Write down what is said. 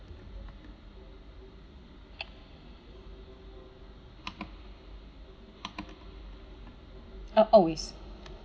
oh oh is